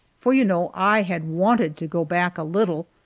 for you know i had wanted to go back a little!